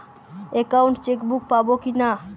Account checkbook পাবো কি না?